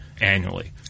annually